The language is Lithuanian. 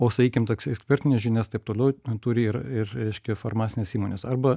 o sakykim toks ekspertines žinias taip toliau turi ir ir reiškia farmacinės įmonės arba